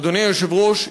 אדוני היושב-ראש,